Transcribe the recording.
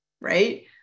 right